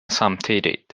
samtidigt